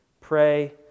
pray